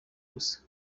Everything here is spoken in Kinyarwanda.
gusa